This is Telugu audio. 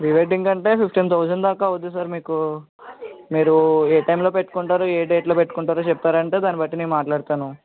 ప్రీ వెడ్డింగ్ అంటే ఫిఫ్టీన్ తౌసండ్ దాకా అవుతుంది సార్ మీకు మీరు ఏ టైంలో పెట్టుకుంటారో ఏ డేట్లో పెట్టుకుంటారో చెప్పారంటే దాని బట్టి నేను మాట్లాడతాను